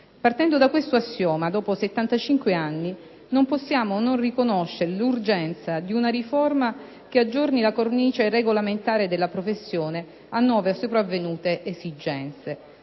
Partendo da tale assioma, dopo oltre 75 anni, non possiamo non riconoscere l'urgenza di una riforma che aggiorni la cornice regolamentare della professione a nuove sopravvenute esigenze,